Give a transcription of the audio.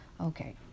Okay